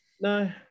No